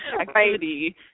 activity